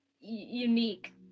unique